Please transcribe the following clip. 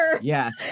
Yes